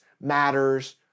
matters